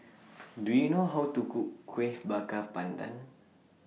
Do YOU know How to Cook Kueh Bakar Pandan